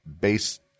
based